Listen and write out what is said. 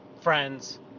friends